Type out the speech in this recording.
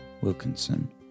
Wilkinson